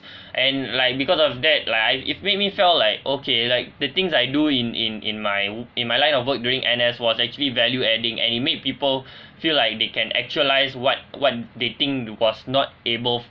and like because of that like it made me felt like okay like the things I do in in in my in my line of work during N_S was actually value adding and it made people feel like they can actualise what what they think was not able